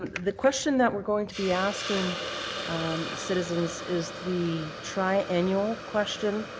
the question that we're going to be asking um the citizens is the triannual question.